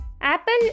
Apple